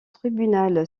tribunal